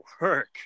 work